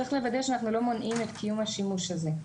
צריך לוודא שאנחנו לא מונעים את קיום השימוש הזה.